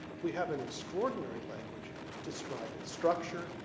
we have an extraordinary language described at structure,